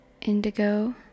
indigo